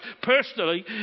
personally